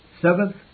Seventh